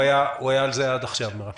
הדיון עד עכשיו היה על זה, מירב.